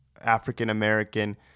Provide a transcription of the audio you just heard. African-American